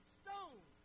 stone